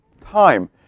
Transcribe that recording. time